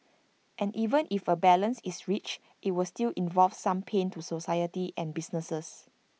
and even if A balance is reached IT will still involve some pain to society and businesses